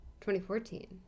2014